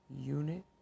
Unit